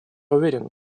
уверен